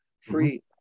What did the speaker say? free